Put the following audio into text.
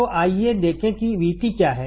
तो आइए देखें कि VT क्या है